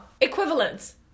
equivalence